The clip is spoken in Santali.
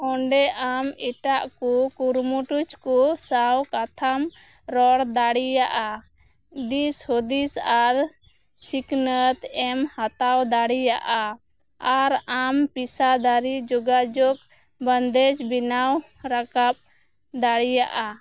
ᱚᱸᱰᱮ ᱟᱢ ᱮᱴᱟᱜ ᱠᱚ ᱠᱩᱨᱩᱢᱩᱡᱽ ᱠᱚ ᱥᱟᱶ ᱠᱟᱛᱷᱟᱢ ᱨᱚᱲ ᱫᱟᱲᱮᱭᱟᱜᱼᱟ ᱫᱤᱥ ᱦᱩᱫᱤᱥ ᱟᱨ ᱥᱤᱠᱷᱱᱟᱹᱛ ᱮᱢ ᱦᱟᱛᱟᱣ ᱫᱟᱲᱮᱭᱟᱜᱼᱟ ᱟᱨ ᱟᱢ ᱯᱤᱥᱟᱫᱟᱨᱤ ᱡᱚᱜᱟᱡᱳᱜ ᱵᱚᱱᱫᱮᱡᱽ ᱵᱮᱱᱟᱣ ᱨᱟᱠᱟᱵ ᱫᱟᱲᱮᱭᱟᱜᱼᱟ